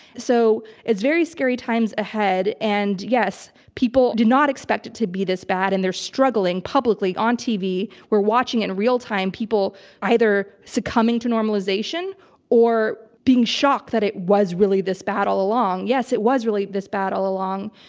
so it's very scary times ahead and yes, people did not expect it to be this bad and they're struggling publicly on tv. we're watching, in real time, time, people either succumbing to normalization or being shocked that it was really this bad all along. yes, it was really this bad all along.